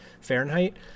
Fahrenheit